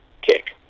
kick